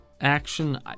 action